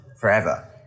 forever